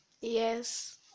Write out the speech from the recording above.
Yes